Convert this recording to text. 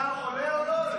השר עולה או לא עולה?